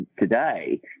today